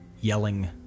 yelling